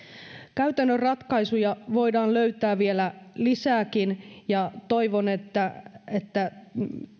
käytännön ratkaisuja voidaan löytää vielä lisääkin ja toivon että että